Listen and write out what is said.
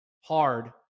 hard